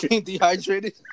dehydrated